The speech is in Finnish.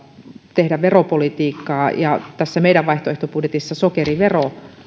tehdä veropolitiikkaa ja tässä meidän vaihtoehtobudjetissamme sokerivero